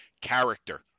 character